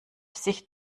sich